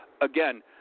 again